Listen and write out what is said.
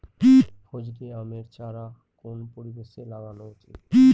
ফজলি আমের চারা কোন পরিবেশে লাগানো উচিৎ?